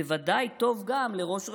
בוודאי טוב גם לראש רשות.